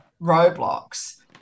roadblocks